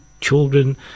children